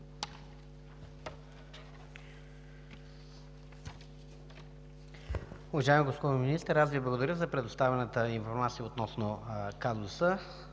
Уважаема госпожо Министър, аз Ви благодаря за предоставената информация относно казуса.